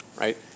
Right